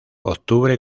octubre